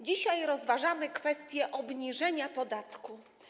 Dzisiaj rozważamy kwestię obniżenia podatku.